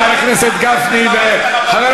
אז למה אתה לא מציע?